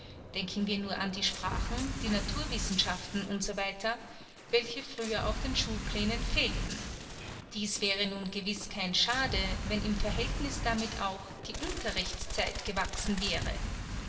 denken wir nur an die sprachen die naturwissenschaften u s w welche früher auf den schulplänen fehlten dies wäre nun gewiß kein schade wenn im verhältniß damit auch die unterrichtszeit gewachsen wäre